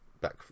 back